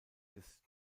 des